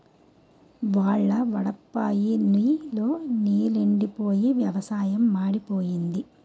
వాన్ళ్లు పడప్పోయి నుయ్ లో నీలెండిపోయి వ్యవసాయం మాడిపోయింది